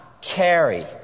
carry